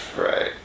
Right